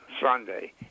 Sunday